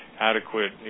adequate